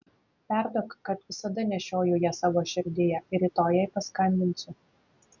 perduok kad visada nešioju ją savo širdyje ir rytoj jai paskambinsiu